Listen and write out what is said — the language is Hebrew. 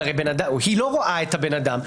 היא לא רואה את האדם.